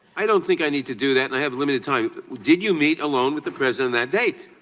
i don't think i need to do that. and i have limited time. did you meet alone with the president that date?